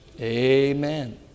amen